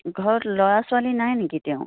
ঘৰত ল'ৰা ছোৱালী নাই নেকি তেওঁৰ